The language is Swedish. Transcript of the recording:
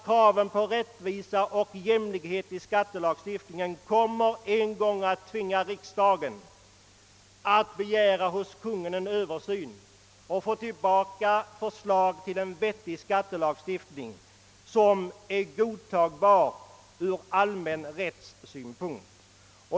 Kraven på rättvisa och jämlikhet i skattelagstiftningen kommer en gång att tvinga riksdagen att hos Kungl. Maj:t begära en Översyn och förslag till en vettig skattelagstiftning, som är godtagbar ur allmän rättssynpunkt.